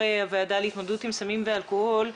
הוועדה להתמודדות עם סמים ואלכוהול,